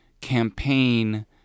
campaign